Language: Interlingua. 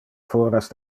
foras